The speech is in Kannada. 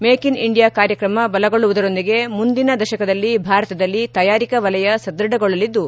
ಮೇಕ್ ಇನ್ ಇಂಡಿಯಾ ಕಾರ್ಯಕ್ರಮ ಬಲಗೊಳ್ಳುವುದರೊಂದಿಗೆ ಮುಂದಿನ ದಶಕದಲ್ಲಿ ಭಾರತದಲ್ಲಿ ತಯಾರಿಕಾ ವಲಯ ಸದೃಢಗೊಳ್ಳಲಿದ್ದು